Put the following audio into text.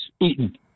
eaten